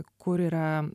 kur yra